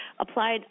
applied